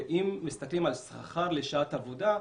אם מסתכלים על שכר לשעת עבודה,